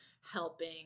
helping